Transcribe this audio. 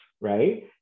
right